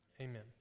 Amen